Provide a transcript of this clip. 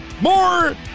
more